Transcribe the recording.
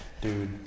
dude